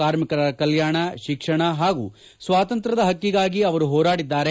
ಕಾರ್ಮಿಕರ ಕಲ್ಕಾಣ ಶಿಕ್ಷಣ ಹಾಗೂ ಸ್ವಾತಂತ್ರ್ಯದ ಹಕ್ಕಿಗಾಗಿ ಅವರು ಹೋರಾಡಿದ್ದಾರೆ